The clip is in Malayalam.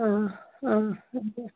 ആ ആ